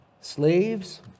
Slaves